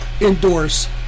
endorse